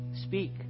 Speak